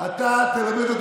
אתה לא יכול לנאום מהמקום.